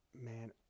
man